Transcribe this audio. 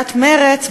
סיעת מרצ,